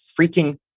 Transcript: Freaking